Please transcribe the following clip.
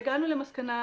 הגענו למסקנה